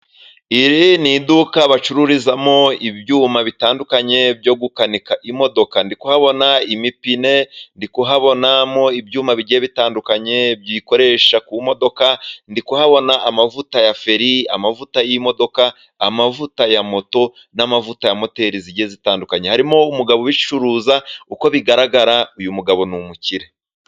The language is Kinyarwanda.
Iri ni iduka bacururizamo ibyuma bitandukanye byo gukanika imodoka. Ndi kuhabona amapine, ndi kuhabona ibyuma bigiye bitandukanye byikoresha ku modoka, ndi kuhabona amavuta ya feri, amavuta y'imodoka, amavuta ya moto n'amavuta ya moteri zigiye zitandukanye. Harimo umugabo ubicuruza, uko bigaragara uyu mugabo ni umukire.